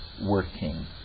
working